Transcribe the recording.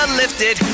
lifted